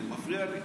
זה מפריע לי.